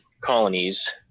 colonies